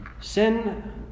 sin